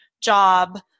job